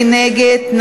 מי נגד?